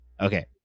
Okay